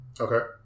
Okay